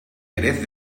jerez